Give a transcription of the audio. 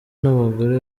n’abagore